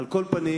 על כל פנים,